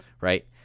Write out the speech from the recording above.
right